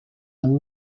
and